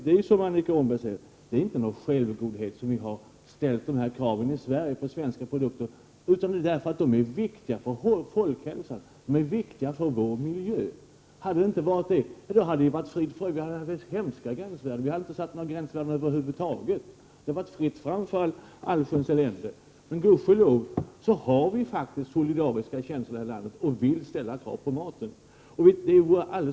Det är som Annika Åhnberg säger inte av självgodhet vi har ställt krav i Sverige på svenska produkter. Vi har ställt dem för att de är viktiga för folkhälsan och för vår miljö. Annars hade det varit fritt fram. Då skulle vi inte ha behövt sätta upp några gränsvärden över huvud taget. Det hade varit fritt fram för allsköns elände. Men gudskelov har vi faktiskt solidariska känslor här i landet och vill ställa krav på maten.